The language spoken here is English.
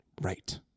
right